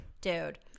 dude